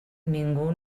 ningú